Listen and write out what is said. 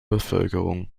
bevölkerung